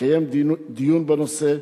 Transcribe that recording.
לקיים דיון בנושא.